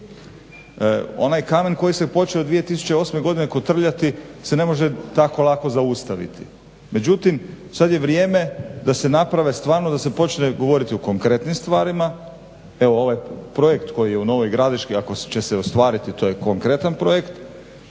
Onaj kamen koji se počeo 2008. godine kotrljati se ne može tako lako zaustaviti. Međutim, sad je vrijeme da se naprave, stvarno da se počne govoriti o konkretnim stvarima, evo ovaj projekt koji je u Novoj gradiški, ako će se ostvariti, to je konkretan projekt.